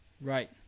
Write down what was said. Right